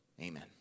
Amen